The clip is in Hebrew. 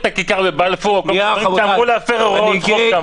הכיכר בבלפור ואמרו להפר הוראות חוק שם.